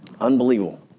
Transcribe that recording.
Unbelievable